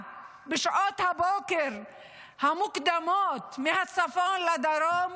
בשעות הבוקר המוקדמות מהצפון לדרום